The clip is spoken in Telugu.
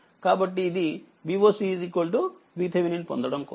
కాబట్టిఇది VocVThevenin పొందటం కోసం